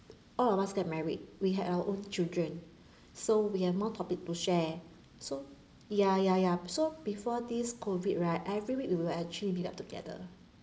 all of us get married we had our own children so we have more topic to share so ya ya ya so before this COVID right every week we will actually meet up together